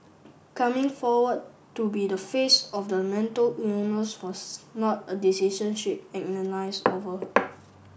coming forward to be the face of the mental illness was not a decision she agonised over